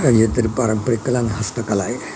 इतर पारंपरिक कला आणि हस्तकला आहे